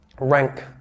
Rank